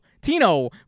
Tino